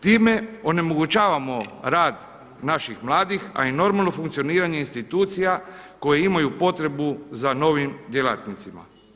Time onemogućavamo rad naših mladih a i normalno funkcioniranje institucija koji imaju potrebu za novim djelatnicima.